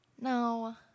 No